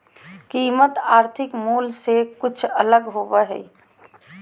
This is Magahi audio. कीमत आर्थिक मूल से कुछ अलग होबो हइ